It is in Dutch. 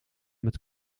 met